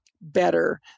better